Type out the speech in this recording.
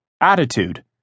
Attitude